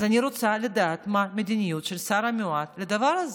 אז אני רוצה לדעת מה המדיניות של השר המיועד לדבר הזה.